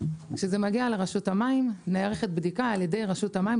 שזה מגיע לרשות המים נערכת בדיקה על ידי רשות המים,